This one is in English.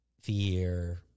fear